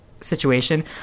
situation